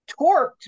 torqued